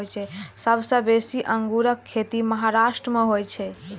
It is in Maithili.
सबसं बेसी अंगूरक खेती महाराष्ट्र मे होइ छै